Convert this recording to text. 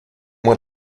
moi